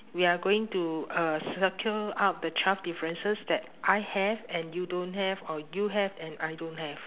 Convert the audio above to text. we are going to uh circle out the twelve differences that I have and you don't have or you have and I don't have